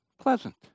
pleasant